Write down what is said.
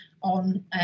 on